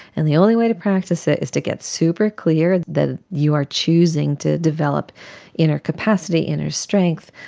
and the only way to practice it is to get super-clear that you are choosing to develop inner capacity, inner strength,